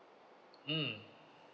mm